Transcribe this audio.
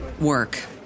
work